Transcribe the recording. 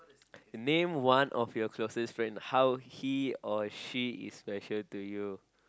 name one of your closest friend how he or she is special to you